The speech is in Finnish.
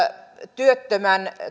työttömän